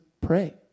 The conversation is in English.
pray